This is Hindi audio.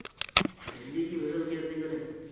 भिंडी की फसल कैसे करें?